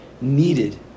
needed